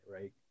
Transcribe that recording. right